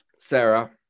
Sarah